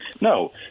No